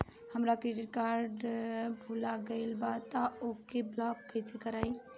हमार credit card भुला गएल बा त ओके ब्लॉक कइसे करवाई?